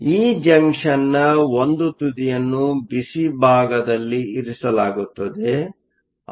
ಆದ್ದರಿಂದ ಈ ಜಂಕ್ಷನ್ನ ಒಂದು ತುದಿಯನ್ನು ಬಿಸಿ ಭಾಗದಲ್ಲಿ ಇರಿಸಲಾಗುತ್ತದೆ